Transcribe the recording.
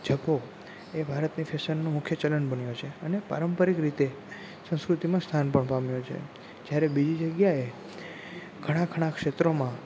જભ્ભો એ ભારતની ફેશનનું મુખ્ય ચલણ બન્યું છે અને પારંપરિક રીતે સંસ્કૃતિમાં સ્થાન પણ પામ્યો છે જ્યારે બીજી જગ્યાએ ઘણાં ખરાં ક્ષેત્રોમાં